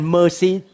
mercy